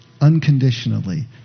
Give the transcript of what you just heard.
unconditionally